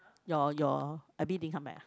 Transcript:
your your Abby didn't come back ah